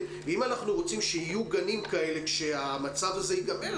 ואם אנחנו רוצים שיהיו גנים כאלה כשהמצב הזה ייגמר,